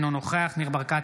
אינו נוכח ניר ברקת,